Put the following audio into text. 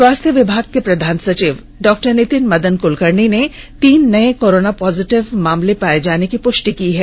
स्वास्थ्य विभाग के प्रधान सचिव डॉक्टर नितिन मदन कुलकर्णी ने तीन नए कोरोना पॉजिटिव मामले पाए जाने की पुष्टि कर दी है